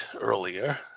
earlier